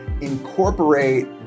incorporate